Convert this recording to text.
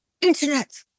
internet